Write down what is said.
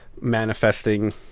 manifesting